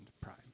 Prime